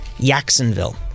Jacksonville